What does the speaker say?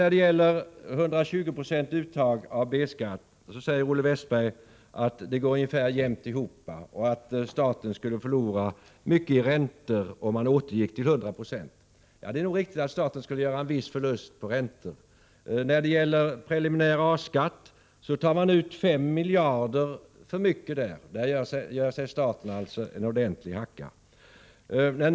När det gäller det 120-procentiga uttaget av B-skatt säger Olle Westberg att det går ungefär jämnt upp och att staten skulle förlora mycket i räntor om man återgick till 100 26. Det är nog riktigt att staten skulle göra en viss förlust på räntor. I preliminär A-skatt tar man ut 5 miljarder för mycket. Det gör sig staten alltså en ordenlig hacka på.